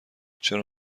چرا